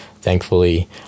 thankfully